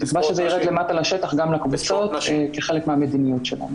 לדוגמה שזה ירד למטה לשטח גם לקבוצות כחלק מהמדיניות שלנו.